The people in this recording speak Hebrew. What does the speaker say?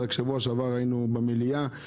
בשבוע שעבר היינו במליאה.